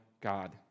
God